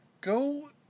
Go